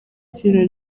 izina